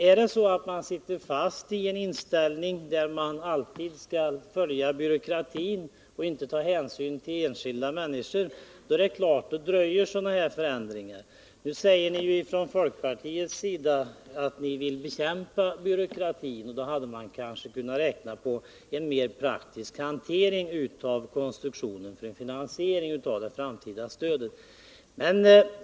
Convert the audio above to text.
Har man inställningen att man alltid skall följa byråkratiska regler och inte ta hänsyn till enskilda människor, är det klart att sådana förändringar dröjer. Men i folkpartiet säger ni ju att ni vill bekämpa byråkratin, och därför hade vi räknat med en mer praktisk hantering av konstruktionen och finansieringen av det framtida stödet.